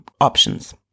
options